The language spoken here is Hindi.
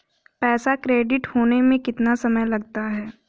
पैसा क्रेडिट होने में कितना समय लगता है?